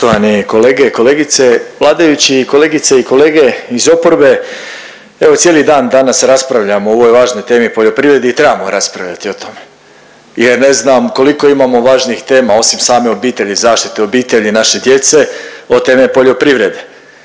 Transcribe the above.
ne znam koliko imamo važnijih tema osim same obitelji, zaštite obitelji i naše djece od teme poljoprivrede.